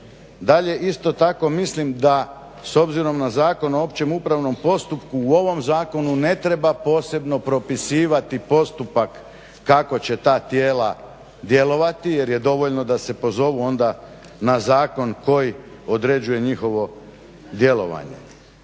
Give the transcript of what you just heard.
Dalje isto tako mislim da s obzirom na Zakon o općem upravnom postupku u ovom zakonu ne treba posebno propisivati postupak kako će ta tijela djelovati, jer je dovoljno da se pozovu onda na zakon koji određuje njihovo djelovanje.